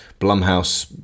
Blumhouse